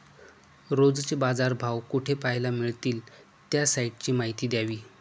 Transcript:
रोजचे बाजारभाव कोठे पहायला मिळतील? त्या साईटची माहिती द्यावी